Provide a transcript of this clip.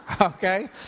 okay